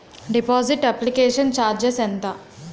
Deposit application charges ఎంత?